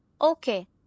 Okay